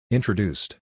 Introduced